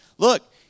Look